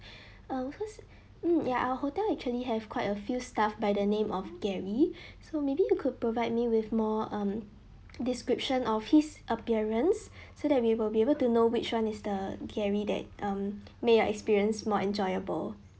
uh cause mm ya our hotel actually have quite a few staff by the name of gary so maybe you could provide me with more um description of his appearance so that we will be able to know which one is the gary that um made your experience more enjoyable